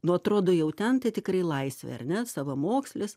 nu atrodo jau ten tikrai laisvė ar ne savamokslis